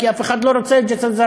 כי אף אחד לא רוצה את ג'סר-א-זרקא.